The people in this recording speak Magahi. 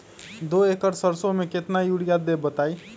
दो एकड़ सरसो म केतना यूरिया देब बताई?